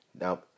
Now